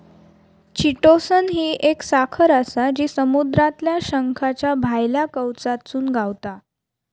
chitosan ही एक साखर आसा जी समुद्रातल्या शंखाच्या भायल्या कवचातसून गावता